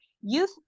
youth